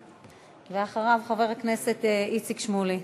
אחריו, חבר הכנסת איציק שמולי.